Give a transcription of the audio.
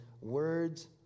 words